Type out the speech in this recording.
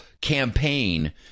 campaign